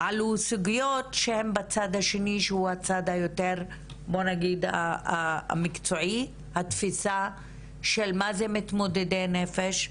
עלו סוגיות שהן בצד השני שהוא יותר המקצועי - התפיסה מה זה מתמודדי נפש,